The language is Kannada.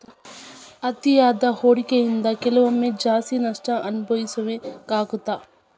ಅತಿಯಾದ ಹೂಡಕಿಯಿಂದ ಕೆಲವೊಮ್ಮೆ ಜಾಸ್ತಿ ನಷ್ಟ ಅನಭವಿಸಬೇಕಾಗತ್ತಾ